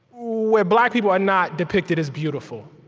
where black people are not depicted as beautiful.